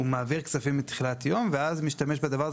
הוא מעביר כספים תחילת יום ואז משתמש בדבר הזה